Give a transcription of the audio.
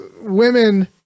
women